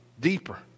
deeper